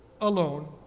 alone